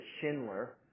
Schindler